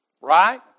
Right